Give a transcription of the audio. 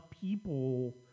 people